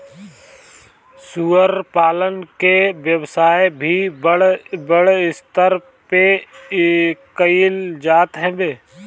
सूअर पालन के व्यवसाय भी बड़ स्तर पे कईल जात हवे